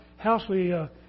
housely